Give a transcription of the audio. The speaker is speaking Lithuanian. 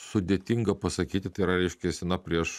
sudėtinga pasakyti tai yra reiškiasi na prieš